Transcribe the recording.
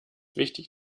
wichtig